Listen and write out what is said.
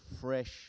fresh